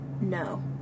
No